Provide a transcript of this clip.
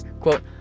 Quote